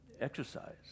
exercise